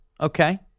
Okay